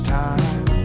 time